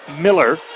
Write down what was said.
Miller